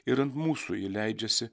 ir ant mūsų ji leidžiasi